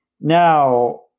Now